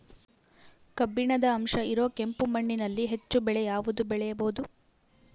ಕಬ್ಬಿಣದ ಅಂಶ ಇರೋ ಕೆಂಪು ಮಣ್ಣಿನಲ್ಲಿ ಹೆಚ್ಚು ಬೆಳೆ ಯಾವುದು ಬೆಳಿಬೋದು?